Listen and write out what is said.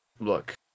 Look